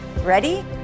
Ready